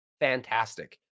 fantastic